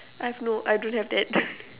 I've no I don't have that